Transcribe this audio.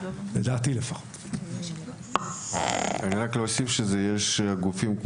אני רק אוסיף שיש גופים,